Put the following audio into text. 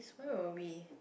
why were we